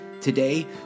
Today